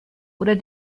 oder